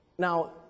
Now